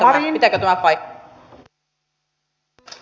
pitääkö tämä paikkansa